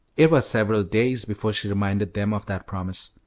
it was several days before she reminded them of that promise.